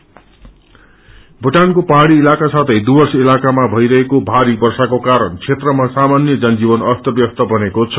rain flood भूटानको पहाड़ी इलाका साथै डुर्वस इलकामा भइरहेको भारी वर्षाको कारण क्षेत्रमा सामान्य जनजीवन अस्त व्यस्त बनेको छ